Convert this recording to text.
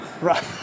right